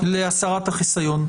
להסרת החיסיון.